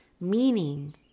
meaning